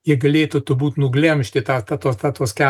jie galėtų turbūt nuglemžti tą tą tą tuos keturis regionus